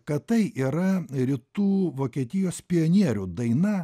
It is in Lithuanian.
kad tai yra rytų vokietijos pionierių daina